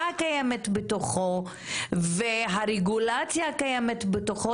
הקיימת בתוכו והרגולציה הקיימת בתוכו,